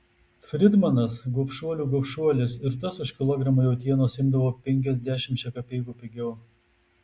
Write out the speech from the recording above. fridmanas gobšuolių gobšuolis ir tas už kilogramą jautienos imdavo penkiasdešimčia kapeikų pigiau